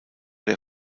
der